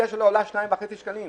כשהנסיעה שלו עולה 2.5 שקלים.